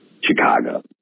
Chicago